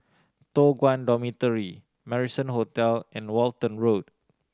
Toh Guan Dormitory Marrison Hotel and Walton Road